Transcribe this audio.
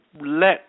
let